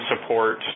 support